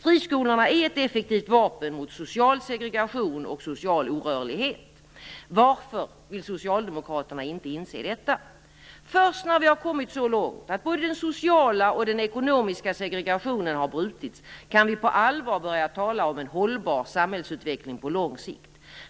Friskolorna är ett effektivt vapen mot social segregation och social orörlighet. Varför vill socialdemokraterna inte inse detta? Först när vi kommit så långt att både den sociala och den ekonomiska segregationen har brutits kan vi på allvar börja tala om en hållbar samhällsutveckling på lång sikt.